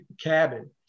cabin